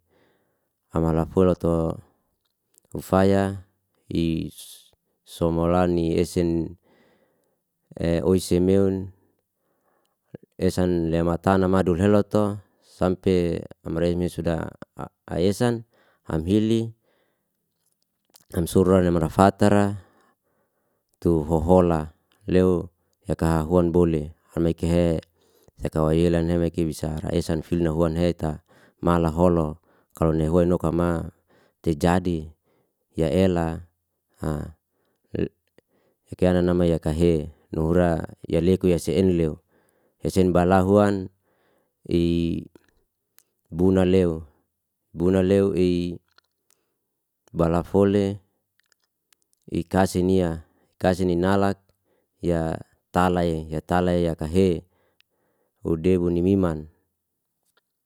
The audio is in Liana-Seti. Amala fola to hufaya i somola ni esen oisemeon esan lematana madul helat'to sampe amerei me suda a aesan amhili namsura re nemarafatara tu hohola leu yakahahuan bole halmekahe sakawai ilan ne ki bisa ra esan filno huan he ta mala holo kalo nehuan nokama tejadi ya ela a yukiana nama yakahe nura yaleku ya saenleu hesen balahuan i buna leu buna leu i bala fole i kasenia ikasi ni nalat ya tala i yatala i yakahe hodebu nimiman